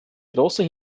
große